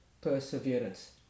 perseverance